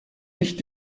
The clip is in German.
nicht